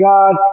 God